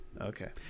Okay